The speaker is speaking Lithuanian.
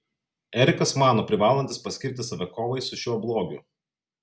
erikas mano privalantis paskirti save kovai su šiuo blogiu